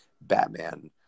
batman